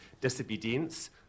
Disobedience